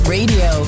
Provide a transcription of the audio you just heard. Radio